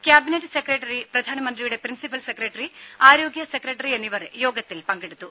cabinet secretary പ്രധാനമന്ത്രിയുടെ principal secretary ആരോഗ്യ secretary എന്നിവർ യോഗത്തിൽ പങ്കെടുത്തു